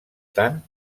tant